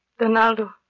Donaldo